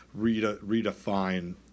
redefine